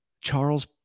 Charles